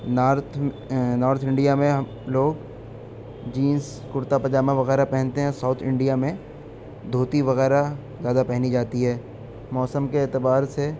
north north India میں ہم لوگ جینس کرتا پاجامہ وغیرہ پہنتے ہیں ساؤتھ انڈیا میں دھوتی وغیرہ زیادہ پہنی جاتی ہے موسم کے اعتبار سے